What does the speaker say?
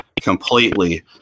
completely